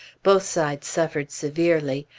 both sides suffered severely.